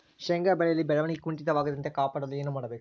ಶೇಂಗಾ ಬೆಳೆಯಲ್ಲಿ ಬೆಳವಣಿಗೆ ಕುಂಠಿತವಾಗದಂತೆ ಕಾಪಾಡಲು ಏನು ಮಾಡಬೇಕು?